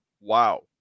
wow